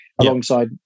alongside